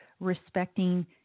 respecting